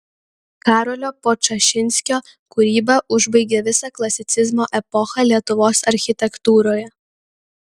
karolio podčašinskio kūryba užbaigė visą klasicizmo epochą lietuvos architektūroje